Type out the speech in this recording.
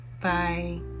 Bye